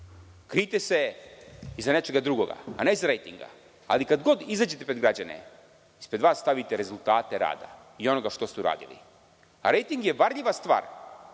Krijte se iza nečega drugoga, a ne iza rejtinga. Ali, kada god izađete pred građane, ispred vas stavite rezultate rada i onoga što ste uradili. Rejting je varljiva stvar.